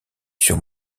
sur